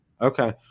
Okay